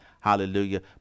hallelujah